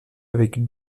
avec